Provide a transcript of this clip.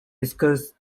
discussed